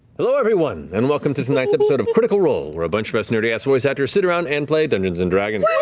hello everyone, and welcome to tonight's episode of critical role, where a bunch of us nerdy-ass voice actors sit around and play dungeons and dragons. all